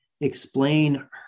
explain